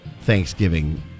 Thanksgiving